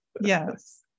yes